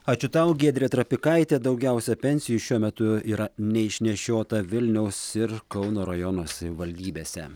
ačiū tau giedrė trapikaitė daugiausiai pensijų šiuo metu yra neišnešiota vilniaus ir kauno rajono savivaldybėse